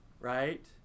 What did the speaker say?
Right